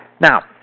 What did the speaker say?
Now